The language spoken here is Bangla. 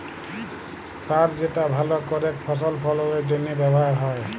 সার যেটা ভাল করেক ফসল ফললের জনহে ব্যবহার হ্যয়